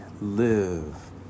live